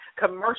commercial